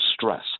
stress